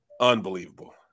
Unbelievable